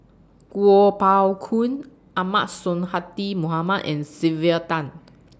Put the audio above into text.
Kuo Pao Kun Ahmad Sonhadji Mohamad and Sylvia Tan